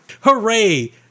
Hooray